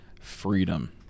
freedom